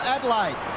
Adelaide